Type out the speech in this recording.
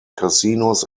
casinos